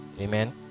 Amen